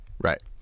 Right